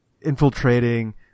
infiltrating